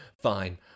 Fine